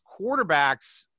quarterbacks